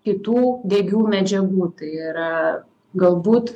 kitų degių medžiagų tai yra galbūt